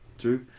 True